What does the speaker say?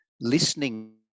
Listening